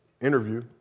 interview